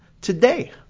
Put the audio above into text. today